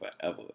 forever